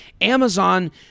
Amazon